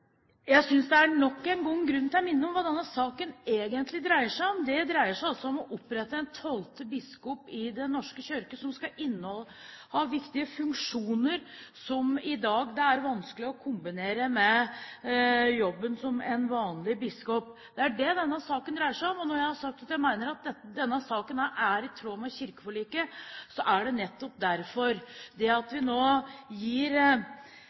Jeg synes det nok en gang er grunn til å minne om hva denne saken egentlig dreier seg om. Det dreier seg altså om å opprette et tolvte bispeembete i Den norske kirke som skal inneha viktige funksjoner som i dag er vanskelig å kombinere med jobben som vanlig biskop. Det er det denne saken dreier seg om, og når jeg har sagt at jeg mener at denne saken er i tråd med kirkeforliket, er det nettopp derfor. Det at vi nå gir